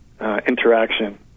interaction